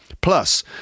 Plus